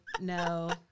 No